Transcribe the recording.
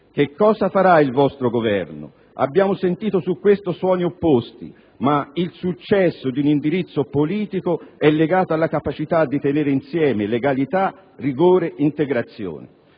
Che cosa farà il vostro Governo? Al riguardo abbiamo sentito pareri opposti, ma il successo di un indirizzo politico è legato alla capacità di tenere insieme legalità, rigore, integrazione.